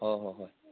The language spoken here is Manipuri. ꯍꯣꯏ ꯍꯣꯏ ꯍꯣꯏ